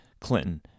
Clinton